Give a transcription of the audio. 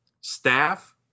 staff